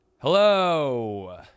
hello